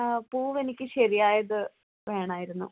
ആ പൂവ് എനിക്ക് ശരിയായത് വേണമായിരുന്നു